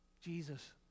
Jesus